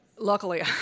luckily